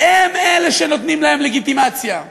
הם שנותנים להם לגיטימציה.